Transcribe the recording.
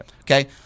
Okay